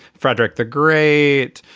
frederick the great